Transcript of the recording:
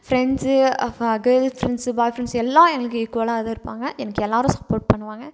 friends ஃப girl friends boy friends எல்லாம் எங்களுக்கு ஈக்குவலாக தான் இருப்பாங்க எனக்கு எல்லோரும் சப்போர்ட் பண்ணுவாங்க